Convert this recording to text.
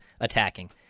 attacking